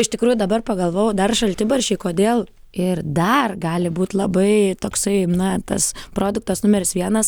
iš tikrųjų dabar pagalvojau dar šaltibarščiai kodėl ir dar gali būt labai toksai na tas produktas numeris vienas